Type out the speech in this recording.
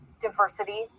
diversity